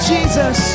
Jesus